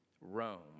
Rome